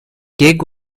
gig